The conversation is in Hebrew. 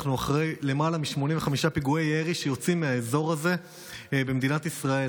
אנחנו אחרי למעלה מ-85 פיגועי ירי שיוצאים מהאזור הזה במדינת ישראל.